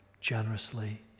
generously